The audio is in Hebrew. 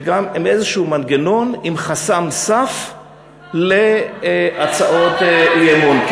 וגם איזשהו מנגנון עם חסם סף להצעות אי-אמון.